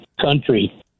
country